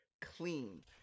clean